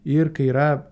ir kai yra